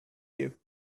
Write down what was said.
you